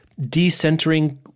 decentering